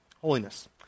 Holiness